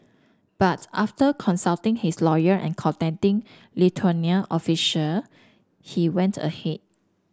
but after consulting his lawyer and contacting Lithuanian official he went ahead